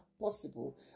possible